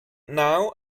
now